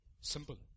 Simple